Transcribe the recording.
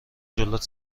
جلوت